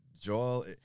Joel